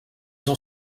son